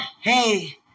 hey